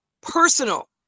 personal